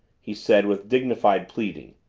he said with dignified pleading,